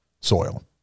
soil